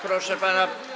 Proszę pana.